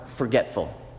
forgetful